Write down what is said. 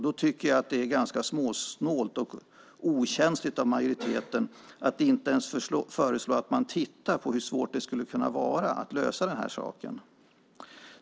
Då tycker jag att det är ganska småsnålt och okänsligt av majoriteten att inte ens lägga fram ett förslag om att titta på hur svårt det är att lösa detta.